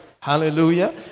Hallelujah